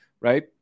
right